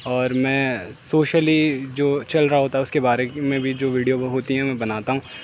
اور میں سوشلی جو چل رہا ہوتا ہے اس کے بارے میں بھی جو ویڈیو ہوتی ہیں میں بناتا ہوں